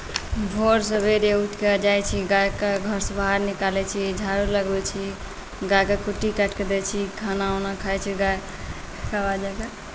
भोर सवेरे उठि कऽ जाइत छी गाएकेँ घरसँ बाहर निकालैत छी झाड़ू लगबैत छी गाएकेँ कुट्टी काटि कऽ दैत छी खाना ओना खाइत छै गाए ओकरा बाद जाके